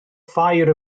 ffair